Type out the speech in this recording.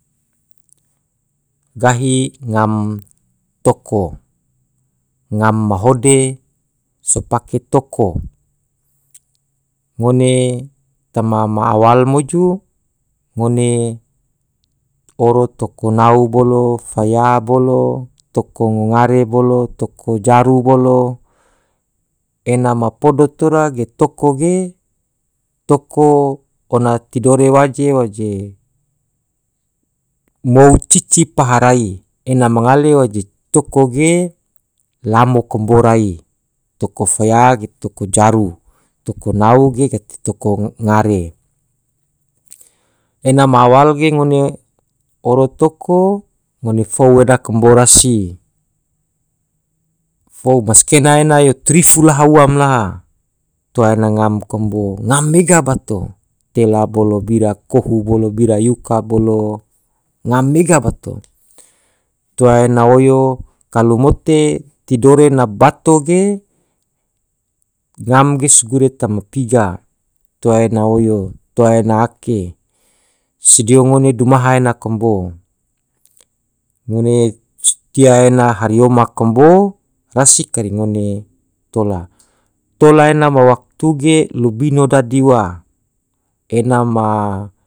gahi ngam toko ngam mahode sopake toko ngone tema ma awal moju ngone oro toko nau bolo, fya bolo. toko ngungare bolo, toko jaru bolo ena ma podo tora ge toko ge toko ona tidore waje- waje mou cici paharai ena mangale waje toko ge lamo kambo rai toko fya ge toko jaru. toko nau ge gate toko ngare ena awal ge ngone oro toko ngone fou ena kambo rasi fou maskena ena yo trifu laha ua mlaha toa ena ngam kambo ngam mega bato tela bolo bira kohu bolo bira yuka bolo ngam mega bato toa ena oyo kalo mote tidore na bato ge ngam ge segure toma piga toa ena oyo. toa ena ake sidio ngone demaha ena kambo ngone toma ena hariyoma kambo rasi kare ngone tola tola ena ma waktu ge lobino dadi ua ena ma.